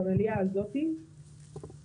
בוועדה הזו הוא התפיסה